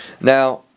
Now